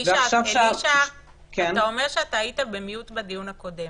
אלישע, אתה אומר שהיית במיוט בדיון הקודם.